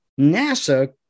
NASA